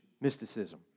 mysticism